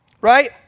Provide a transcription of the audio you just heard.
right